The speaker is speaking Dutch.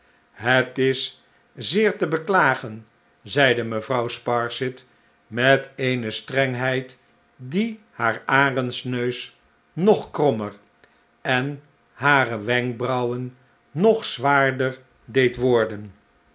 het is zeer te beklagen zeide mevrouw sparsit met eene strengheid die haar arendsneus nog krommer en hare wenkbrauwen nog zwaarder deed worden